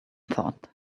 thought